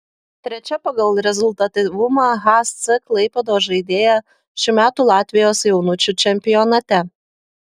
trečia pagal rezultatyvumą hc klaipėdos žaidėja šių metų latvijos jaunučių čempionate